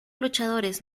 luchadores